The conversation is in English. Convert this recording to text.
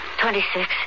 Twenty-six